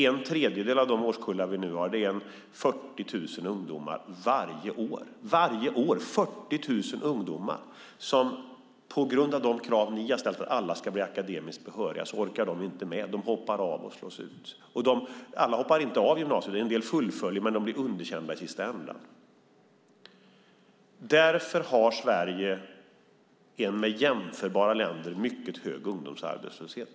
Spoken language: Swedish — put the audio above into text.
En tredjedel av de årskullar som vi nu har är omkring 40 000 ungdomar varje år. På grund av de krav som ni har ställt på att alla ska bli akademiskt behöriga orkar de inte med utan hoppar av och slås ut. Alla hoppar inte av gymnasiet. En del fullföljer det, men de blir underkända. Därför har Sverige en i förhållande till jämförbara länder mycket hög ungdomsarbetslöshet.